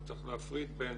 צריך להפריד בין